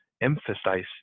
emphasize